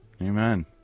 Amen